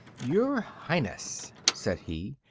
your highness, said he,